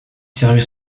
servaient